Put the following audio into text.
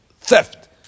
theft